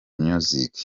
music